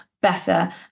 better